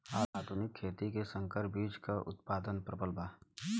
आधुनिक खेती में संकर बीज क उतपादन प्रबल बा